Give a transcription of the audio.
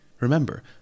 Remember